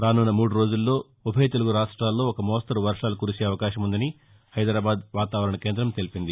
రానున్న మూడు రోజుల్లో ఉభయ తెలుగు రాష్ట్రాల్లో ఒక మోస్తరు వర్షాలు కురిసే అవకాశం ఉందని హైదరాబాద్ వాతావరణ కేంద్రం తెలిపింది